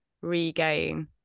regain